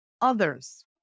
others